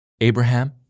Abraham